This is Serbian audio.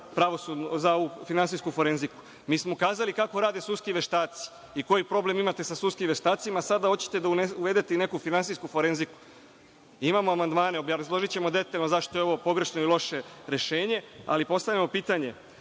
prava za finansijsku forenziku? Mi smo ukazali kako rade sudski veštaci i koji problem imate sa sudskim veštacima, a sada hoćete da uvedete i neku finansijsku forenziku. Imamo amandmane, obrazložićemo detaljno zašto je ovo pogrešno i loše rešenje, ali postavljamo pitanje.